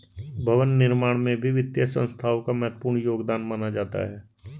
भवन निर्माण में भी वित्तीय संस्थाओं का महत्वपूर्ण योगदान माना जाता है